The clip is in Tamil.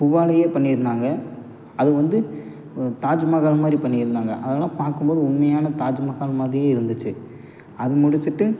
பூவாலயே பண்ணிருந்தாங்க அது வந்து தாஜ்மஹால்மாதிரி பண்ணி இருந்தாங்க அதெலாம் பார்க்கும்போது உண்மையான தாஜ்மஹால் மாதிரியே இருந்துச்சு அது முடிச்சுவிட்டு